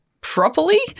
properly